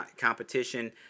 competition